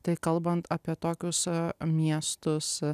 tai kalbant apie tokius miestus